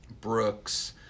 Brooks